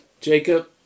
Jacob